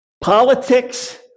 Politics